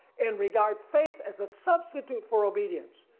and regard faith as a substitute for obedience.